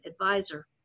advisor